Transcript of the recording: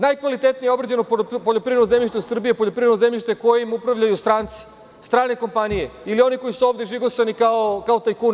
Najkvalitetnije obrađeno poljoprivredno zemljište u Srbiji je poljoprivredno zemljište kojim upravljaju stranci, strane kompanije, ili oni koji su ovde žigosani kao tajkuni.